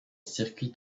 circuits